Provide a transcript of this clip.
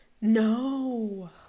No